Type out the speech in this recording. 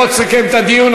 בוא תסכם את הדיון,